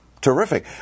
Terrific